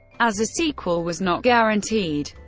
as a sequel was not guaranteed.